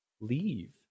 leave